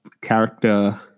character